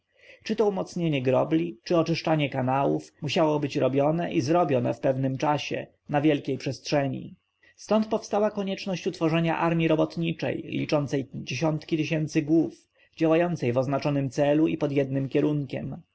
czy to umocnienie grobli czy oczyszczanie kanałów musiało być robione i zrobione w pewnym czasie na wielkiej przestrzeni stąd powstała konieczność utworzenia armji robotniczej liczącej dziesiątki tysięcy głów działającej w oznaczonym celu i pod jednym kierunkiem